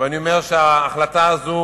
אני אומר שההחלטה הזאת